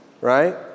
right